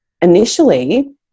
Initially